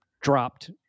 dropped